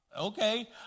okay